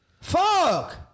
Fuck